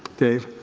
dave.